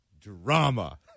drama